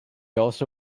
also